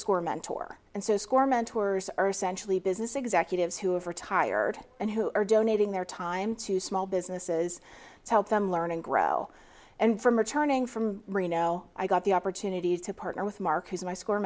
score mentor and so score mentors are essentially business executives who have retired and who are donating their time to small businesses to help them learn and grow and from returning from reno i got the opportunity to partner with mark who's my score